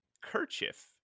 kerchief